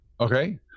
okay